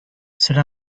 cela